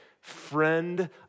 friend